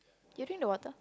do you drink the water